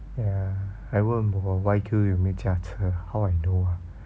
ya 还问我 Y_Q 有没有驾车 how I know